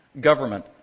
government